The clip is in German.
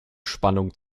spannung